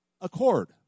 accord